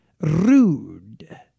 rude